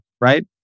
right